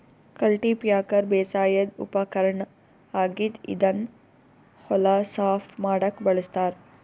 cultipacker ಬೇಸಾಯದ್ ಉಪಕರ್ಣ್ ಆಗಿದ್ದ್ ಇದನ್ನ್ ಹೊಲ ಸಾಫ್ ಮಾಡಕ್ಕ್ ಬಳಸ್ತಾರ್